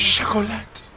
Chocolate